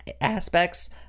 aspects